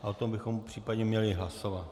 A o tom bychom případně měli hlasovat.